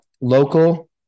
local